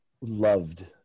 loved